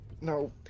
No